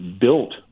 built